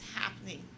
happening